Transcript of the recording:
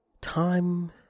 Time